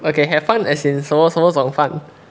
okay have fun as in 什么什么种 fun